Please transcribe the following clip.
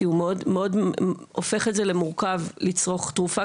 כי הוא מאוד והופך את זה למורכב לצרוך תרופה,